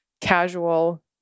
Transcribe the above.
casual